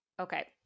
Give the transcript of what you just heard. Okay